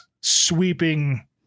sweeping